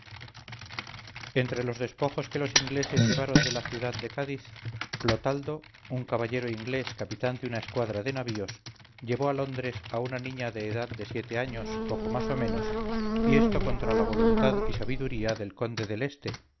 entre los despojos que los ingleses llevaron de la ciudad de cádiz clotaldo un caballero inglés capitán de una escuadra de navíos llevó a londres a una niña de edad de siete años poco más o menos y esto contra la voluntad y sabiduría del conde de leste